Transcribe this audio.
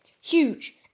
Huge